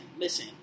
listen